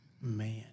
Man